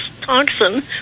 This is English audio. toxin